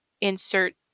insert